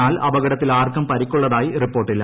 എന്നാൽ അപകടത്തിൽ ആർക്കും പരിക്കുള്ളതായി റിപ്പോർട്ടില്ല